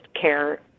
care